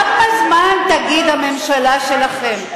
כמה זמן תגיד "הממשלה שלכם"?